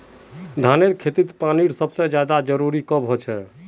धानेर खेतीत पानीर सबसे ज्यादा जरुरी कब होचे?